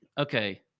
Okay